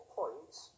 points